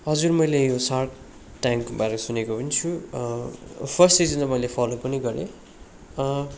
हजुर मैले यो सार्क ट्यान्कबारे सुनेको छु फर्स्ट सिजनमा मैले फलो पनि गरेँ